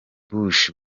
bush